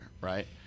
right